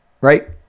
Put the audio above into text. right